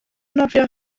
nofio